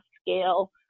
scale